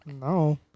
no